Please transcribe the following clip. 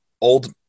old